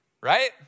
right